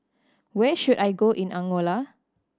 where should I go in Angola